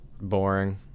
boring